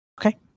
Okay